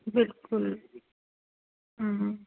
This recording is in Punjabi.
ਬਿਲਕੁਲ